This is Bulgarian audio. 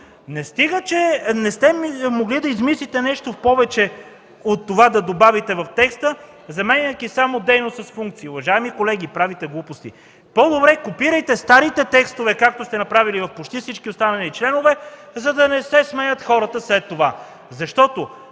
не сте могли да измислите нещо повече от това да добавите в текста, заменяйки само „дейност” с „функции”. Уважаеми колеги, правите глупости. По-добре копирайте старите текстове, както сте направили в почти всички останали членове, за да не се смеят след това хората,